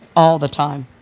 all the time.